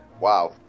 Wow